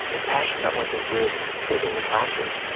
and passionate about what they did in the classroom.